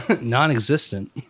Non-existent